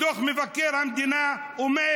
מילה אחת שאתה אמרת לו.